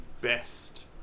best